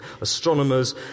astronomers